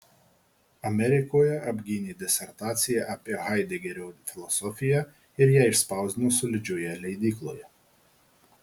amerikoje apgynė disertaciją apie haidegerio filosofiją ir ją išspausdino solidžioje leidykloje